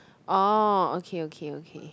oh okay okay okay